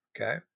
Okay